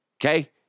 Okay